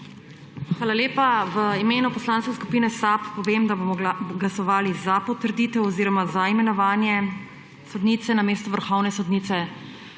Hvala lepa. V imenu Poslanske skupine SAB povem, da bomo glasovali za potrditev oziroma za imenovanje sodnice na mesto vrhovne sodnice.